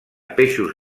peixos